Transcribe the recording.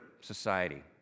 society